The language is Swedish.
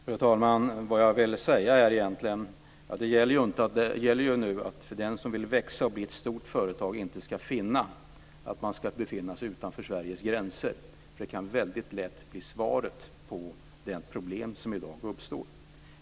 Fru talman! Vad jag vill säga är egentligen att det ju nu gäller att den som vill växa och bli ett stort företag inte ska finna att man ska befinna sig utanför Sveriges gränser, för det kan väldigt lätt bli svaret på de problem som i dag uppstår.